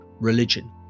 religion